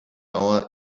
our